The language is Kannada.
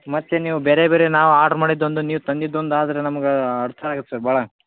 ಮತ್ತೆ ನೀವು ಬೇರೆ ಬೇರೆ ನಾವು ಆಡ್ರ್ ಮಾಡಿದ್ದೊಂದು ನೀವು ತಂದಿದ್ದೊಂದು ಆದರೆ ನಮಗೆ ಅರ್ಥ ಆಗತ್ತೆ ಸರ್ ಭಾಳ